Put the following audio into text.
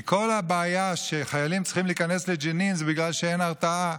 כי כל הבעיה שחיילים צריכים להיכנס לג'נין זה בגלל שאין הרתעה.